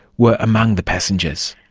were among the passengers.